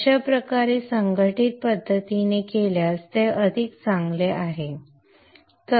अशा प्रकारे संघटित पद्धतीने केल्यास ते अधिक चांगले आहे